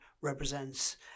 represents